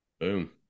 Boom